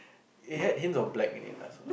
it had hints of black in it lah so